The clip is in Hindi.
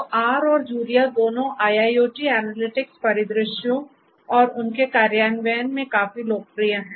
तो R और जूलिया दोनों IIoT एनालिटिक्स परिदृश्यों और उनके कार्यान्वयन में काफी लोकप्रिय हैं